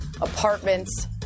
apartments